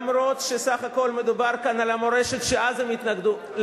אף-על-פי שסך הכול מדובר כאן על המורשת שאז הם התנגדו לה.